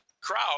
crowd